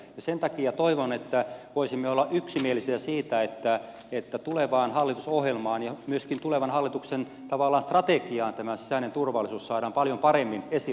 sen takia toivon että voisimme olla yksimielisiä siitä että tulevaan hallitusohjelmaan ja myöskin tulevan hallituksen tavallaan strategiaan tämä sisäinen turvallisuus saadaan paljon paremmin esille